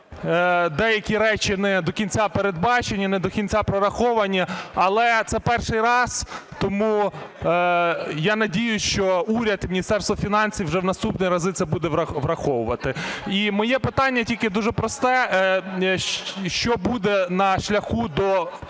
деякі речі не до кінця передбачені, не до кінця прораховані, але це перший раз, тому я надіюся, що уряд і Міністерство фінансів вже в наступні рази це буде враховувати. І моє питання тільки дуже просте: що буде на шляху до